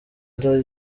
ari